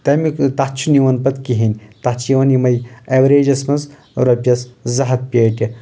تمیُک تتھ چھُنہٕ یِوان پتہٕ کہیٖنۍ تتھ چھِ یِوان یمٕے ایوریجس منٛز رۄپٮ۪س زٕ ہتھ پیٹہِ